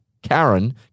Karen